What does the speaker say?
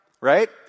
right